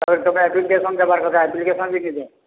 ତା'ପରେ ତମେ ଆପ୍ଲିକେସନ୍ ଦେବାର୍ କଥା ଆପ୍ଲିକେସନ୍ ବି ନି ଦେଇ